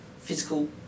physical